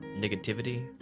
negativity